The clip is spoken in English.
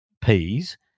peas